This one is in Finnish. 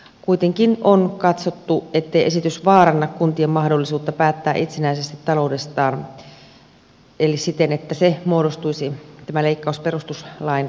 kuitenkin on katsottu ettei esitys vaaranna kuntien mahdollisuutta päättää itsenäisesti taloudestaan eli tämä leikkaus ei muodostuisi perustuslain vastaiseksi